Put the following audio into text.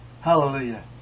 Hallelujah